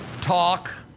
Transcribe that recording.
talk